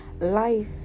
life